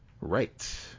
right